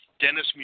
Dennis